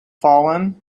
fallen